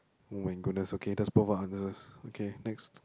[oh]-my-goodness okay that's both our answers okay next